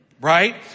Right